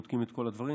בודקים את כל הדברים,